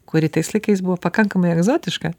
kuri tais laikais buvo pakankamai egzotiška